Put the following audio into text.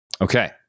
Okay